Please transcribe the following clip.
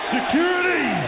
Security